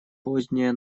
поздняя